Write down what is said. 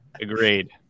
Agreed